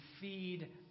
feed